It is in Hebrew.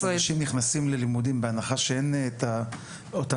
אנשים נכנסים ללימודים- בהנחה שאין את אותן